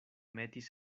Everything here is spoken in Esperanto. metis